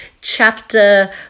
chapter